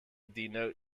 denote